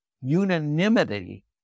unanimity